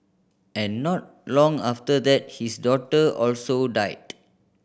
and not long after that his daughter also died